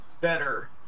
better